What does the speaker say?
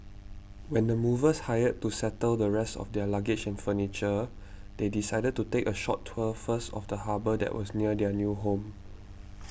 with the movers hired to settle the rest of their luggage and furniture they decided to take a short tour first of the harbour that was near their new home